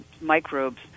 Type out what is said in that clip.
microbes